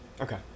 Okay